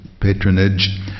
patronage